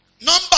Number